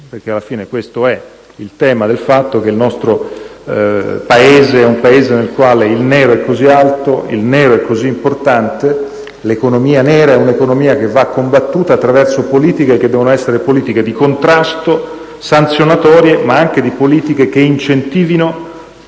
perché alla fine questo è il tema, ossia il fatto che il nostro è un Paese nel quale il nero è così alto, il nero è così importante. L'economia nera va combattuta attraverso politiche che devono essere di contrasto, sanzionatorie, ma anche politiche che incentivino,